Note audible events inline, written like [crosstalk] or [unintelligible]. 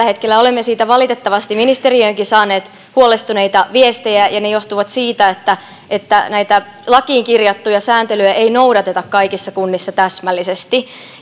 [unintelligible] hetkellä niin olemme siitä valitettavasti ministeriöönkin saaneet huolestuneita viestejä ja ne johtuvat siitä että että näitä lakiin kirjattuja sääntelyjä ei noudateta kaikissa kunnissa täsmällisesti